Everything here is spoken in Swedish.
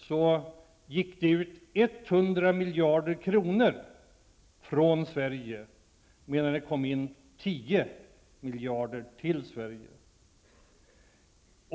Då gick 100 miljarder kronor ut från Sverige, medan det kom in 10 miljarder till Sverige.